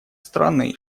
страны